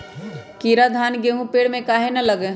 कीरा धान, गेहूं के पेड़ में काहे न लगे?